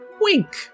Wink